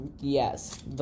Yes